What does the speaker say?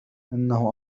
إنه